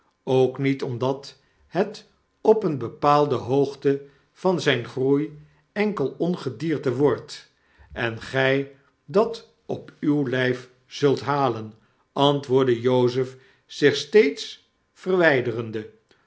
ook niet omdat het op eene bepaalde hoogte van zyn groei enkel ongedierte wordt en gy dat op uw ljjf zult halen antwoordde jozef zich steeds verwijderende